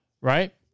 Right